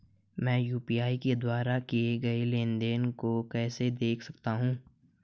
मैं यू.पी.आई के द्वारा किए गए लेनदेन को कैसे देख सकता हूं?